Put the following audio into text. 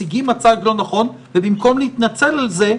מציגים מיצג לא נכון ובמקום להתנצל על זה,